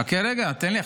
חכה רגע, תן לי.